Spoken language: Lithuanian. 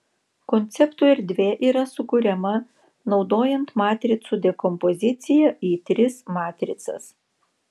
konceptų erdvė yra sukuriama naudojant matricų dekompoziciją į tris matricas